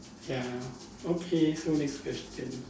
ya okay so next question